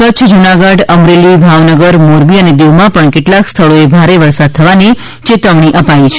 કચ્છ જૂનાગઢ અમરેલી ભાવનગર મોરબી અને દીવમાં પણ કેટલાંક સ્થળોએ ભારે વરસાદ થવાની ચેતવણી અપાઈ છે